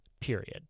period